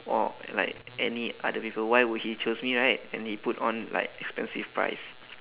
or like any other people why would he choose me right and he put on like expensive price